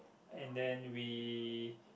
and then we